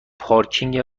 پارکینگ